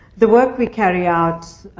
the work we carry out,